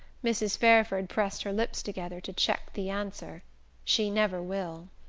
mrs. fairford pressed her lips together to check the answer she never will!